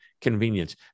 convenience